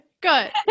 Good